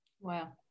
wow